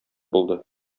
булды